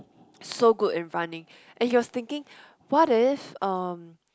so good in running and he was thinking what if um